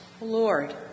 Lord